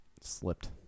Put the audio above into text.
slipped